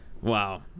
Wow